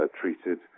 treated